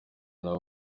nawe